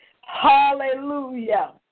Hallelujah